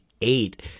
eight